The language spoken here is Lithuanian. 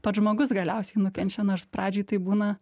pats žmogus galiausiai nukenčia nors pradžioj tai būna